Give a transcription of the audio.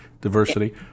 Diversity